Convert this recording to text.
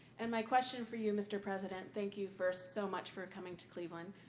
and my question for you, mr. president thank you, first, so much for coming to cleveland.